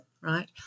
Right